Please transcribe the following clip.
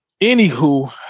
anywho